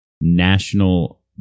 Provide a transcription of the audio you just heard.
National